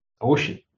ocean